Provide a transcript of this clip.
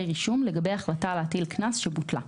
רישום לגבי החלטה להטיל קנס שבוטלה.